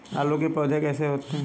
आलू के पौधे कैसे होते हैं?